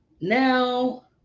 now